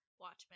Watchmen